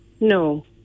No